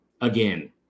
again